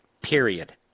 period